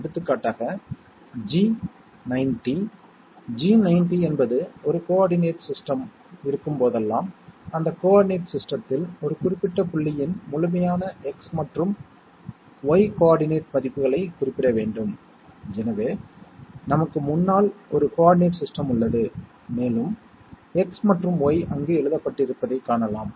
எடுத்துக்காட்டாக இரண்டு சிக்னல்கள் வருகின்றன அவை பைனரி சிக்னல்கள் அவை A மற்றும் B ஆகிய இரண்டு மதிப்புகளை மட்டுமே எடுக்க முடியும் இதன் விளைவாக A AND B மற்றும் அரை நிலவு வடிவம் AND கேட் ஐக் குறிக்கிறது